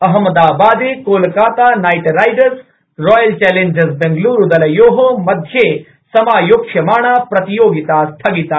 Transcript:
अहमदाबादे Kolkata knight riders royal challengers Bengaluru दलयो मध्ये समायोक्ष्यमाणा प्रतियोगिता स्थगिता